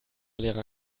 lehrer